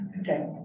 Okay